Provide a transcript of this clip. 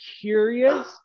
curious